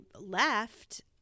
left